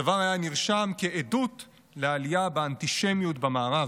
הדבר היה נרשם כעדות לעלייה באנטישמיות במערב.